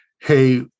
hey